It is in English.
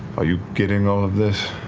are you getting all of this?